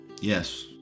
Yes